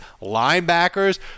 linebackers